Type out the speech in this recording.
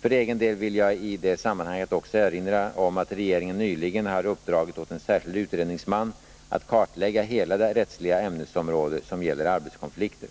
För egen del vill jag i det sammanhanget också erinra om att regeringen nyligen har uppdragit åt en särskild utredningsman att kartlägga hela det rättsliga ämnesområde som gäller arbetskonflikter.